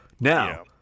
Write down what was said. Now